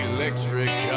Electric